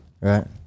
Right